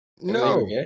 No